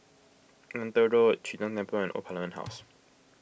Neythal Road Chee Tong Temple and Old Parliament House